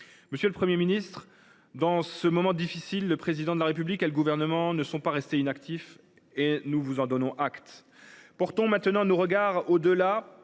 Monsieur le Premier ministre, dans ce moment difficile, le Président de la République et le Gouvernement ne sont pas restés inactifs ; nous vous en donnons acte. Portons maintenant nos regards au delà,